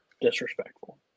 disrespectful